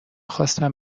خواستم